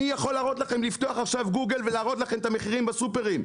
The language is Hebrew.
אני יכול להראות לכם לפתוח עכשיו גוגל ולהראות לכם את המחירים בסופרים,